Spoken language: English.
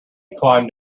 climbed